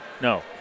No